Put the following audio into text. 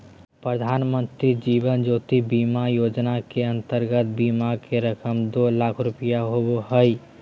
प्रधानमंत्री जीवन ज्योति बीमा योजना के अंतर्गत बीमा के रकम दो लाख रुपया होबो हइ